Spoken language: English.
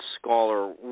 scholar